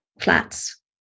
flats